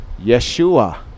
Yeshua